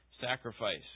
sacrifice